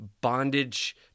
bondage